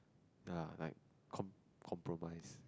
ya like com~ compromise